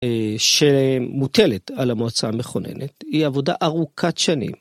שמוטלת על המועצה המכוננת היא עבודה ארוכת שנים.